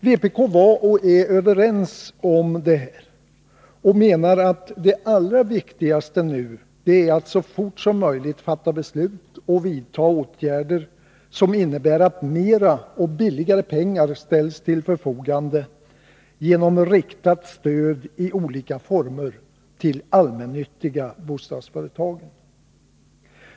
Vpk var och är överens med socialdemokraterna om detta och menar att det allra viktigaste nu är att så fort som möjligt fatta beslut och vidta åtgärder som innebär att mera och billigare pengar ställs till förfogande genom riktat stöd i olika former till de allmännyttiga bostadsföretagen.